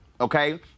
okay